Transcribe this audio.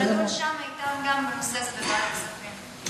נדון אתם גם בנושא הזה בוועדת הכספים.